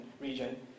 region